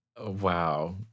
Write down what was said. Wow